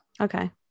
Okay